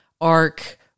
ark